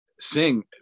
Sing